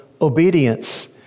obedience